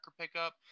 pickup